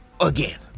again